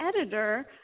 editor